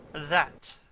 that,